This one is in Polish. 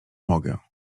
mogę